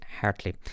Hartley